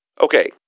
Okay